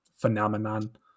phenomenon